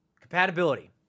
Compatibility